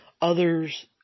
others